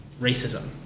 racism